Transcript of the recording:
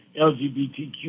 LGBTQ